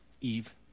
Eve